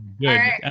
Good